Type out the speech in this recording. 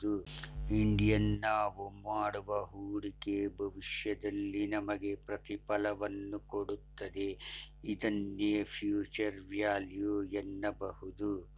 Indian ನಾವು ಮಾಡುವ ಹೂಡಿಕೆ ಭವಿಷ್ಯದಲ್ಲಿ ನಮಗೆ ಪ್ರತಿಫಲವನ್ನು ಕೊಡುತ್ತದೆ ಇದನ್ನೇ ಫ್ಯೂಚರ್ ವ್ಯಾಲ್ಯೂ ಎನ್ನಬಹುದು